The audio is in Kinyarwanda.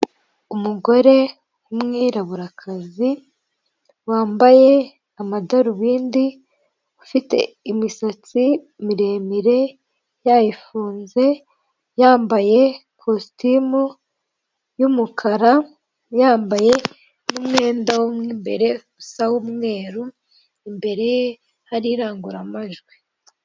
Umugore w'umwiraburakazi wambaye amadaro, bindi ufite imisatsi miremire yayifunze, yambaye ikositimu y'umukara, yambaye nk'umwenda wo mo imbere usa n'umweru, imbere ye hari indangururamajwi.